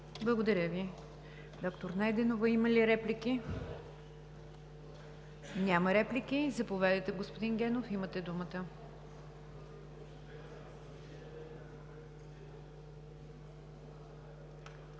Благодаря Ви, доктор Найденова. Има ли реплики? Няма. Заповядайте, господин Генов, имате думата.